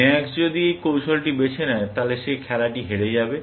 max যদি এই কৌশলটি বেছে নেয় তাহলে সে খেলাটি হেরে যাবে